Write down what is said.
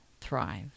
thrive